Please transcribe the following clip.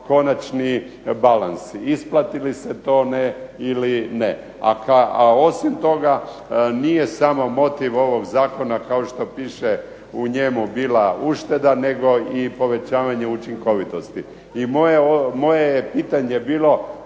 konačni balans isplati li se to ili ne. A osim toga nije samo motiv ovog zakona kao što piše u njemu bila ušteda, nego i povećavanje učinkovitosti. I moje je pitanje bilo